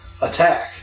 attack